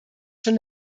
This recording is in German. schon